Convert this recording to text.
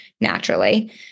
naturally